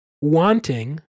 wanting